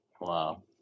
Wow